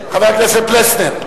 חבר הכנסת פלסנר?